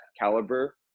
caliber